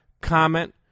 comment